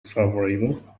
favorable